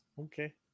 Okay